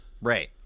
Right